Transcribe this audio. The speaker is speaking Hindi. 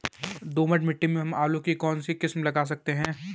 दोमट मिट्टी में हम आलू की कौन सी किस्म लगा सकते हैं?